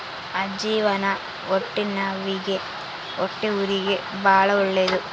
ಅಜ್ಜಿವಾನ ಹೊಟ್ಟೆನವ್ವಿಗೆ ಹೊಟ್ಟೆಹುರಿಗೆ ಬಾಳ ಒಳ್ಳೆದು